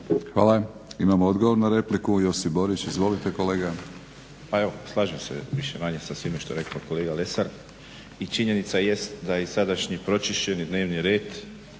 Hvala. Imamo odgovor na repliku, Josip Borić. Izvolite kolega. **Borić, Josip (HDZ)** Pa evo, slažem se više-manje sa svime što je rekao kolega Lesar. I činjenica jest da i sadašnji pročišćeni dnevni red,